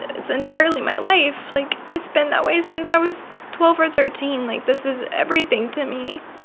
it's entirely my life. like, it's been that way since i was twelve or thirteen. like, this is everything to me.